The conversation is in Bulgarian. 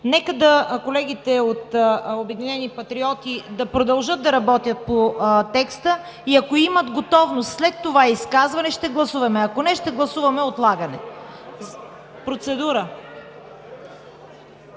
нека колегите от „Обединени патриоти“ да продължат да работят по текста и, ако имат готовност след това изказване, ще гласуваме, ако не, ще гласуваме отлагане. Процедура